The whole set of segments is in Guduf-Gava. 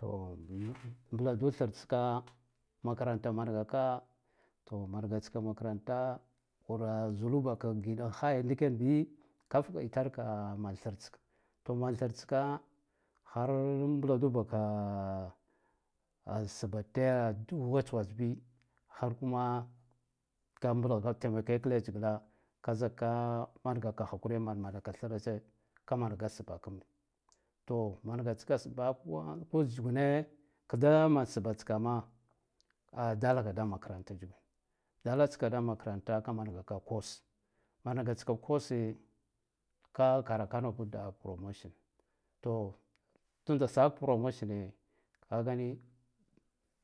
To mbladu thartska makaranta mangaka to manga tsika makaranta wura zulubaka giɗa khaya ndiken bi kaf kitar ka man thartsko to man thrtska har mbladu baka a sba te waj waj bi har kuma ka blav vak temakek laeshgla ka zikka mangaka hakuriya manamanaka thretse ka manga sba kamb to manga tskasba kuma tsugune kda mansbatakama a dalka da makarata tsugune daltska da makarata ka manga ka course mangatska course se ka karaka nud bud da promotion to tunda sa promotion ne kagani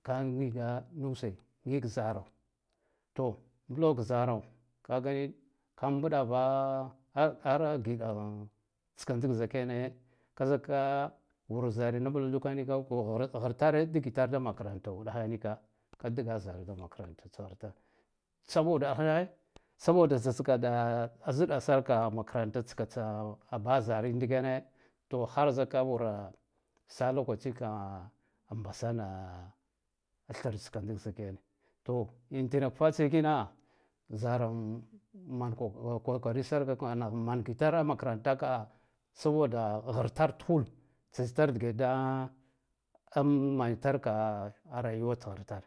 ka ngiga nuse ngik zaro to mblok zaro kagal ka mbɗava a giɗan tska zik ndikena ka zika wur zarena mbladuka nika wur gurtare digitar da makarato uɗakhe nika ka dgal zara da makarata taghitar saboda saboda tsatska da ka ziɗasar ka makaranta tskatsa “ba zarin ndikene to har zika wura salokaci ka ambasana thrtska ndizikene to intinak fatsiya kina zaram man “kok-korisarka kanakh mangitare makarantaka saboda ghartar tkhul tsatsitar dige da manitar ka a rayuwata ghrtar.